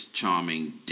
Charming